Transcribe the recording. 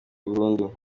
burundu